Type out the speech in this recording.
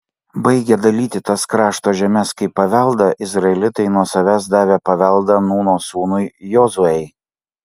baigę dalyti tas krašto žemes kaip paveldą izraelitai nuo savęs davė paveldą nūno sūnui jozuei